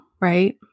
right